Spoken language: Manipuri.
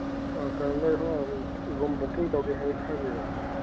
ꯔꯨꯝ ꯕꯨꯀꯤꯡ ꯇꯧꯒꯦ ꯍꯥꯏꯔꯤꯔꯥ